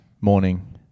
morning